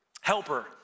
helper